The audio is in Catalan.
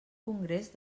congrés